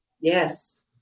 Yes